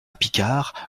picard